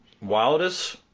wildest